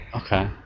okay